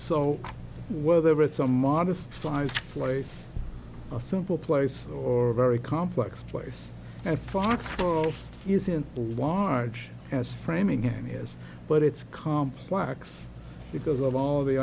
so whether it's a modest sized place a simple place or a very complex place at fox is in the arch as framingham is but it's complex because of all the